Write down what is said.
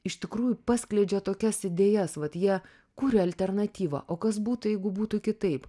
iš tikrųjų paskleidžia tokias idėjas vat jie kuria alternatyvą o kas būtų jeigu būtų kitaip